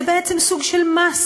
זה בעצם סוג של מס